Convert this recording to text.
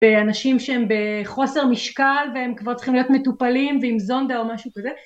באנשים שהם בחוסר משקל והם כבר צריכים להיות מטופלים ועם זונדה או משהו כזה